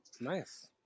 Nice